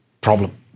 problem